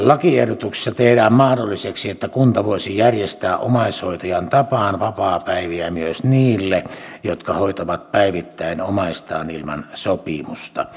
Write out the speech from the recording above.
lakiehdotuksessa tehdään mahdolliseksi että kunta voisi järjestää omaishoitajan tapaan vapaapäiviä myös niille jotka hoitavat päivittäin omaistaan ilman sopimusta